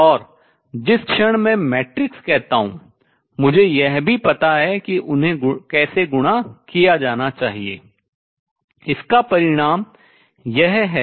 और जिस क्षण मैं मैट्रिक्स कहता हूँ मुझे यह भी पता है कि उन्हें कैसे गुणा किया जाना चाहिए इसका परिणाम यह है